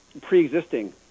pre-existing